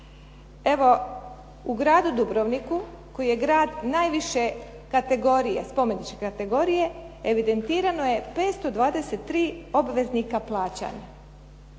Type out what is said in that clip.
Evo, u Gradu Dubrovniku koji je grad najviše spomeničke kategorije, evidentirano je 523 obveznika plaćanja.